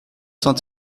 saint